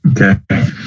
okay